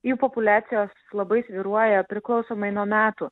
jų populiacijos labai svyruoja priklausomai nuo metų